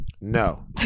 no